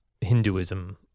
Hinduism